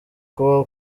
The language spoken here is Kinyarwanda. kubaho